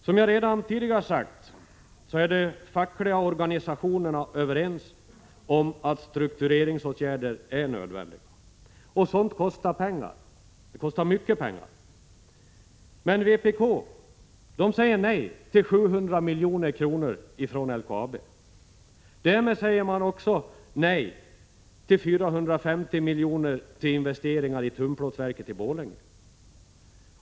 Som jag redan tidigare sagt, är de fackliga organisationerna överens om att struktureringsåtgärder är nödvändiga, och sådana kostar pengar. Det kostar mycket pengar, men vpk säger nej till 700 milj.kr. från LKAB. Därmed säger man också nej till 450 miljoner till investeringar i tunnplåtsverket i Borlänge.